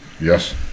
Yes